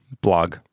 blog